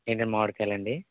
ఏవి అండి మామిడికాయల అండి